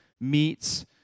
meets